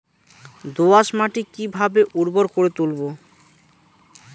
দোয়াস মাটি কিভাবে উর্বর করে তুলবো?